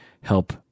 help